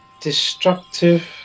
destructive